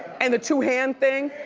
and the two-hand thing.